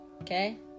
okay